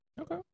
Okay